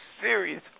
serious